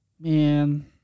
Man